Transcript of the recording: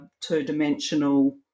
two-dimensional